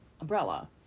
umbrella